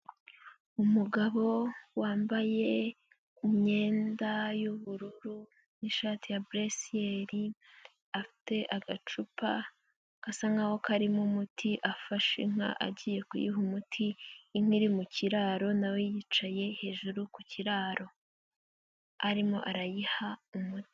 Umugabo wambaye imyenda y'ubururu n'ishati ya buresiyeri, afite agacupa gasa nkaho karimo umuti afashe inka agiye kuyiha umuti, inka iri mu kiraro nawe yicaye hejuru ku kiraro arimo arayiha umuti.